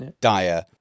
dire